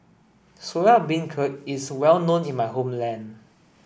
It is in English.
Soya Beancurd is well known in my homeland